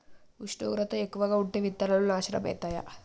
ఉష్ణోగ్రత ఎక్కువగా ఉంటే విత్తనాలు నాశనం ఐతయా?